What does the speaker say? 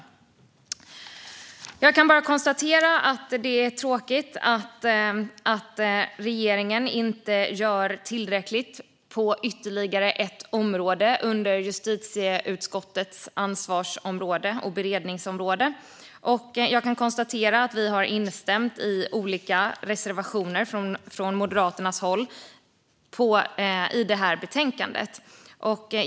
Riksrevisionens rapport om Polis-myndighetens arbete i utsatta områden Jag kan bara konstatera att det är tråkigt att regeringen inte gör tillräckligt på ytterligare ett område under justitieutskottets ansvarsområde och beredningsområde. Vi har från Moderaternas håll instämt i olika reservationer i det här betänkandet.